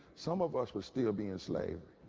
some of us would still be enslaved.